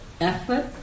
effort